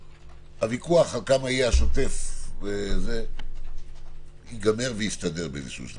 הוויכוח על כמה יהיה השוטף ייגמר ויסתדר באיזשהו שלב,